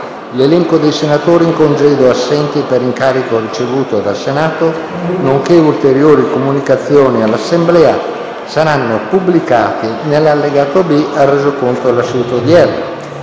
L'elenco dei senatori in congedo e assenti per incarico ricevuto dal Senato, nonché ulteriori comunicazioni all'Assemblea saranno pubblicati nell'allegato B al Resoconto della seduta odierna.